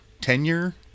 tenure